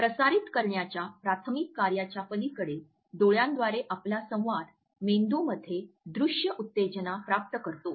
प्रसारित करण्याच्या प्राथमिक कार्याच्या पलीकडे डोळ्यांद्वारे आपला संवाद मेंदूमध्ये दृश्य उत्तेजना प्राप्त करतो